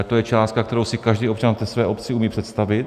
To je částka, kterou si každý občan v té své obci umí představit.